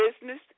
business